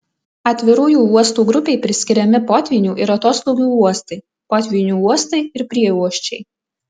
atvirųjų uostų grupei priskiriami potvynių ir atoslūgių uostai potvynių uostai ir prieuosčiai